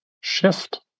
shift